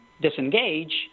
disengage